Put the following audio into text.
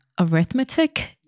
arithmetic